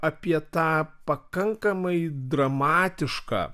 apie tą pakankamai dramatišką